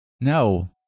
No